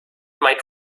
might